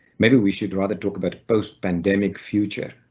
maybe we should rather talk about post pandemic future.